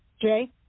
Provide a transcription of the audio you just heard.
Jay